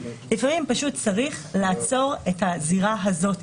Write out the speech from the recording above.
לפעמים פשוט צריך לעצור את הזירה הזאת,